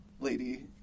lady